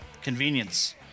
convenience